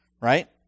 right